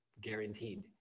guaranteed